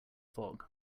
fog